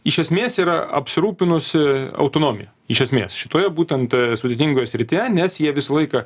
iš esmės yra apsirūpinusi autonomija iš esmės šitoje būtent sudėtingoje srityje nes jie visą laiką